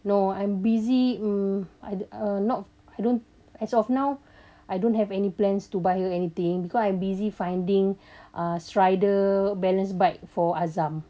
no I'm busy mm I'd or not I don't as of now I don't have any plans to buy her anything quite busy finding ah strider balance bike for azam